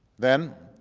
then,